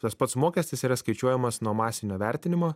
tas pats mokestis yra skaičiuojamas nuo masinio vertinimo